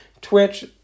Twitch